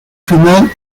final